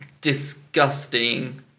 disgusting